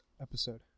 episode